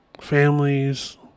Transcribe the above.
families